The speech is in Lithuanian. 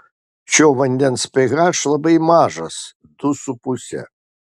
šio vandens ph labai mažas du su puse